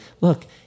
look